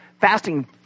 fasting